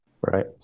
right